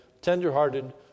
tenderhearted